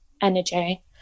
energy